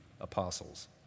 apostles